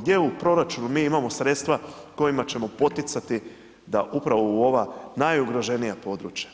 Gdje u proračunu mi imamo sredstva kojima ćemo poticati da upravo u ova najugroženija područja,